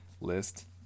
list